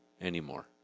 anymore